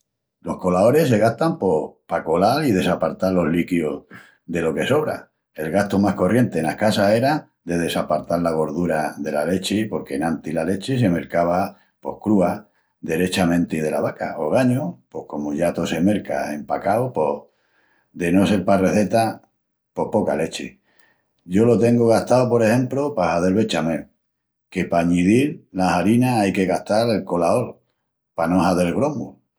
Los colaoris se gastan pos pa colal i desapartal los líquius delo que sobra. El gastu más corrienti enas casas era de desapartal la gordura dela lechi porque enantis la lechi se mercava pos crúa derechamenti dela vaca. Ogañu, pos comu ya tó se merca empacau pos... de no sel pa rezetas, pos poca lechi. Yo lo tengu gastau, por exempru, pa hazel bechamel, que pa añidil la harina, ai que gastal el colaol pa no hazel gromus.